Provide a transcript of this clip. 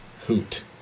Hoot